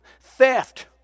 theft